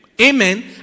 Amen